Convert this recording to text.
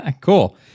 Cool